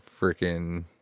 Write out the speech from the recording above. freaking